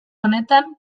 honetan